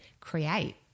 create